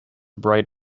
bright